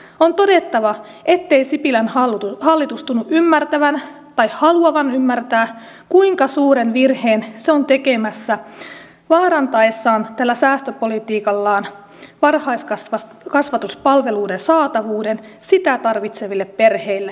on todettava ettei sipilän hallitus tunnu ymmärtävän tai haluavan ymmärtää kuinka suuren virheen se on tekemässä vaarantaessaan tällä säästöpolitiikallaan varhaiskasvatuspalveluiden saatavuuden niitä tarvitseville perheille